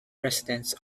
residents